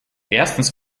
erstens